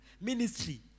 Ministry